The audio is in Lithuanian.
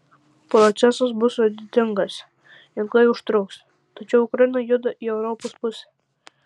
procesas bus sudėtingas ilgai užtruks tačiau ukraina juda į europos pusę